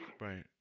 Right